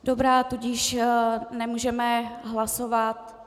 Dobře, tudíž nemůžeme hlasovat.